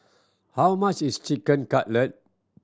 how much is Chicken Cutlet